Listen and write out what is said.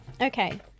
Okay